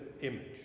image